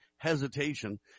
Hesitation